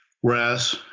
Whereas